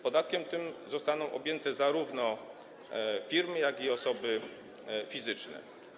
Podatkiem tym zostaną objęte zarówno firmy, jak i osoby fizyczne.